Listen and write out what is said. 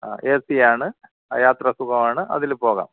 ആ A C ആണ് യാത്ര സുഖമാണ് അതിൽ പോകാം